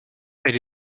elle